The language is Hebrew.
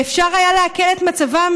ואפשר היה להקל את מצבם,